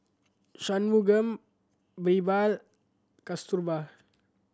Shunmugam Birbal Kasturba